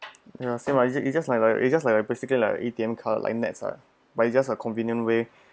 ya same lah it just it just like a it just like a basically like a A_T_M card like nets lah but it just a convenient way